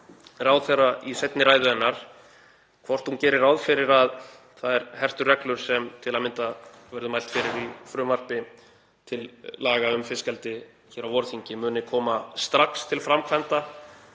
ráðherra í seinni ræðu hennar hvort hún geri ráð fyrir að þær hertu reglur sem til að mynda verður mælt fyrir í frumvarpi til laga um fiskeldi hér á vorþingi muni koma strax til framkvæmda